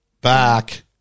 Back